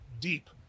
deep